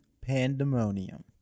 pandemonium